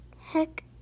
heck